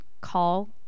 call